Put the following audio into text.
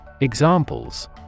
Examples